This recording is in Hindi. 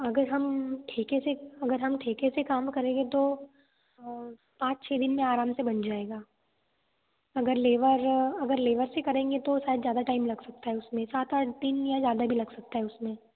अगर हम ठेके से अगर हम ठेके से काम करेंगे तो पाँच छः दिन में आराम से बन जाएगा अगर लेबर अगर लेबर से करेंगे तो शायद ज़्यादा टाइम लग सकता है उसमें सात आठ दिन या ज़्यादा भी लग सकता है उसमें